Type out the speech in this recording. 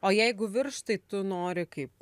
o jeigu virš tai tu nori kaip